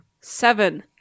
Seven